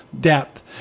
depth